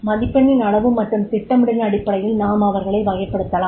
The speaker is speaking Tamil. மதிப்பெண்ணின் அளவு மற்றும் திட்டமிடலின் அடிப்படையில் நாம் அவர்களை வகைபடுத்தலாம்